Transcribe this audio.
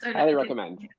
highly recommend.